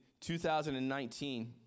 2019